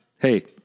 Hey